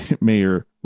Mayor